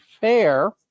fair